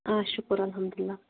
آ شُکُر الحمدُاللہ